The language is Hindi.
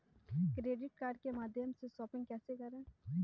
क्रेडिट कार्ड के माध्यम से शॉपिंग कैसे करें?